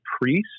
priest